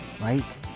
right